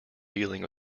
dealing